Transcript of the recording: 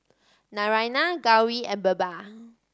Naraina Gauri and Birbal